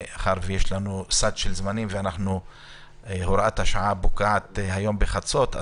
מאחר שיש לנו סד זמנים כי הוראת השעה פוקעת היום בחצות,